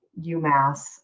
UMass